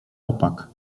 opak